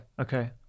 Okay